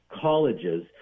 colleges